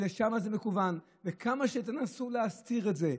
ולשם זה מכוון, וכמה שתנסו להסתיר את זה,